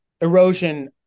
erosion